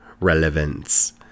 relevance